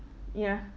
ya